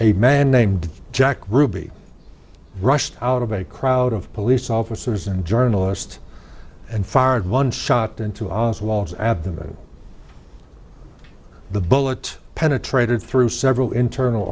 a man named jack ruby rushed out of a crowd of police officers and journalist and fired one shot into oswald's abdomen the bullet penetrated through several internal